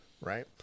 Right